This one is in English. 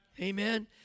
Amen